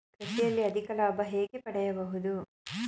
ಕೃಷಿಯಲ್ಲಿ ಅಧಿಕ ಲಾಭ ಹೇಗೆ ಪಡೆಯಬಹುದು?